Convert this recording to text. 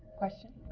question,